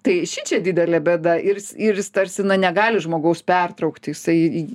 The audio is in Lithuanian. tai šičia didelė bėda ir jis ir jis tarsi nu negali žmogaus pertraukti jisai į